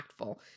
impactful